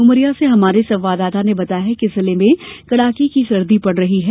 उमरिया से हमारे संवाददाता ने बताया है कि जिले में कड़ाके की सर्दी पड़ रही है